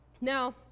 Now